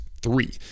three